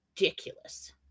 ridiculous